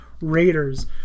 Raiders